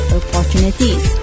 opportunities